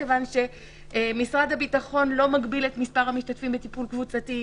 כיוון שמשרד הביטחון לא מגביל את מספר המשתתפים בטיפול קבוצתי,